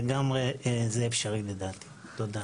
לדעתי זה אפשרי בהחלט, תודה.